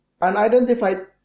unidentified